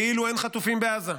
כאילו אין חטופים בעזה,